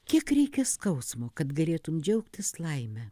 kiek reikia skausmo kad galėtum džiaugtis laime